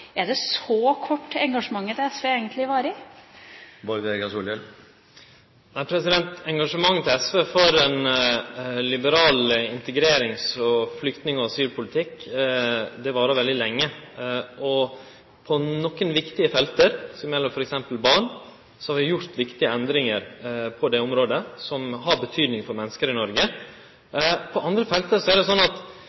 Er det så kort engasjementet til SV egentlig varer? Engasjementet til SV for ein liberal integrerings-, flyktning- og asylpolitikk varer veldig lenge, og på nokre viktige felt, som t.d. gjeld barn, har vi gjort viktige endringar på det området som har betyding for menneske i Noreg.